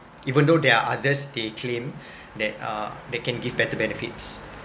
even though there are others they claim that uh they can give better benefits